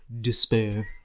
Despair